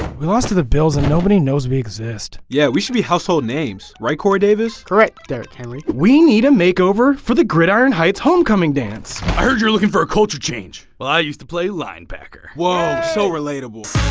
we lost to the bills and nobody knows we exist yeah, we should be household names right corey davis? correct, derrick henry we need a makeover for the gridiron heights homecoming dance i heard you're looking for a culture change well, i used to play linebacker whoaaaa. so relatable.